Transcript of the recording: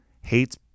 hates